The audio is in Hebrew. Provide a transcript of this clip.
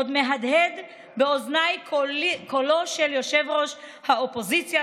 עוד מהדהד באוזניי קולו של יושב-ראש האופוזיציה,